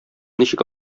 ничек